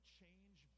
change